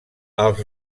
els